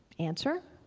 answer,